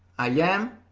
i am,